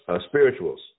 spirituals